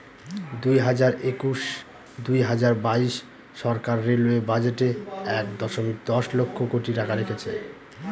দুই হাজার একুশ দুই হাজার বাইশ সরকার রেলওয়ে বাজেটে এক দশমিক দশ লক্ষ কোটি টাকা রেখেছে